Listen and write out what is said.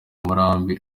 murambi